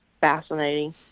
fascinating